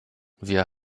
wir